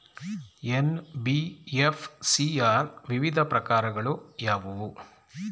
NBFC ಯ ವಿವಿಧ ಪ್ರಕಾರಗಳು ಯಾವುವು?